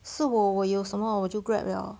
so 我我有什么我就 grab liao